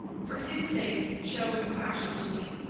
for his sake show compassion to me!